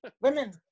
Women